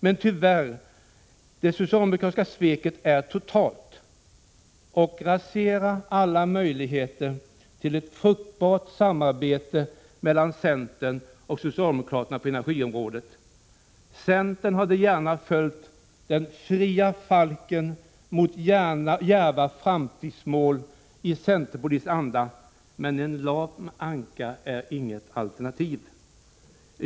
Men tyvärr, det socialdemokratis ka sveket är totalt och raserar alla möjligheter till ett fruktbart samarbete mellan centern och socialdemokraterna på energiområdet. Centern hade gärna följt den fria falken mot djärva framtidsmål i centerpolitikens anda, men en ”lam anka” är inget alternativ.